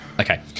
Okay